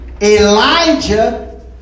Elijah